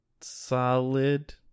solid